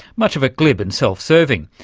much of it glib and self-serving,